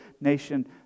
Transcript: nation